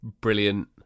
brilliant